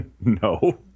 No